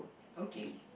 okay